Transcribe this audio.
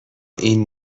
این